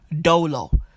dolo